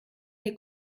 hier